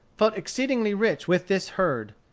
felt exceedingly rich with this herd.